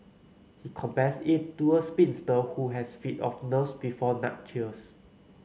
he compares it to a spinster who has fit of nerves before nuptials